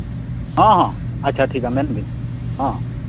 ᱦᱮᱸ ᱦᱮᱸ ᱟᱪᱪᱷᱟ ᱴᱷᱤᱠᱟ ᱢᱮᱱ ᱵᱤᱱ ᱦᱮᱸ